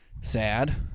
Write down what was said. sad